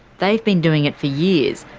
they've been doing it for years,